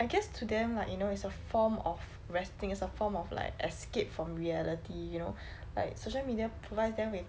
I guess to them like you know is a form of resting it's a form of like escape from reality you know like social media provides them with